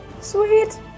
Sweet